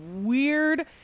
weird